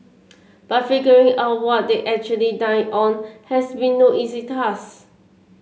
but figuring out what they actually dined on has been no easy task